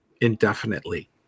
indefinitely